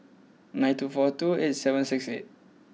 nine two four two eight seven six eight